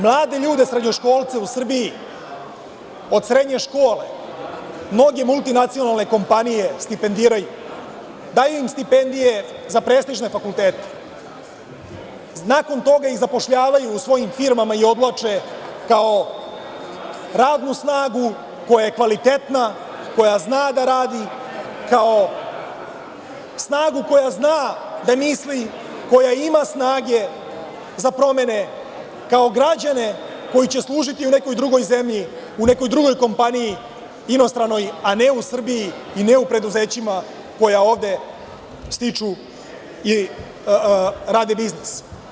Mlade ljude, srednjoškolce u Srbiji od srednje škole mnoge multinacionalne kompanije stipendiraju, daju im stipendije za prestižne fakultete, a nakon toga ih zapošljavaju u svojim firmama i odvlače kao radnu snagu koja je kvalitetna, koja zna da radi, kao snagu koja zna da misli, koja ima snage za promene, kao građane koji će služiti u nekoj drugoj zemlji, u nekoj drugoj kompaniji inostranoj, a ne u Srbiji i ne u preduzećima koja ovde stiču i rade biznis.